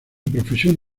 profesión